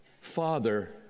Father